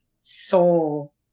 soul